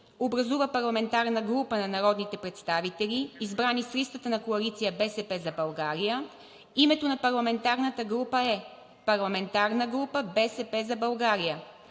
Образува парламентарна група на народните представители, избрани с листата на Коалиция „БСП за България“. Името на парламентарната група е: